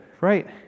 right